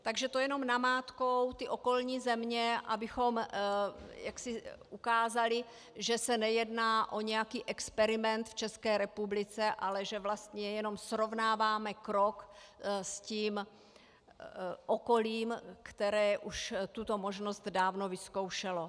Takže to jenom namátkou ty okolní země, abychom ukázali, že se nejedná o nějaký experiment v České republice, ale že vlastně jenom srovnáváme krok s tím okolím, které už tuto možnost dávno vyzkoušelo.